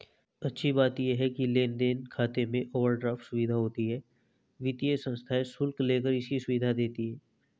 अच्छी बात ये है लेन देन खाते में ओवरड्राफ्ट सुविधा होती है वित्तीय संस्थाएं शुल्क लेकर इसकी सुविधा देती है